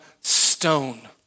stone